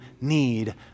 need